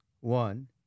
One